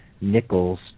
Nichols